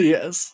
Yes